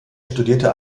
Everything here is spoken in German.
studierte